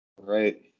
Right